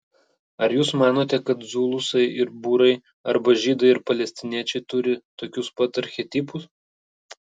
ar jūs manote kad zulusai ir būrai arba žydai ir palestiniečiai turi tokius pat archetipus